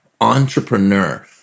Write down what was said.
entrepreneur